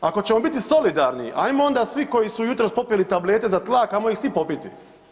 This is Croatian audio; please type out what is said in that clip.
Ako ćemo biti solidarni ajmo onda svi koji su jutros popili tablete za tlak ajmo ih svi popiti.